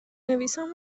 نویسان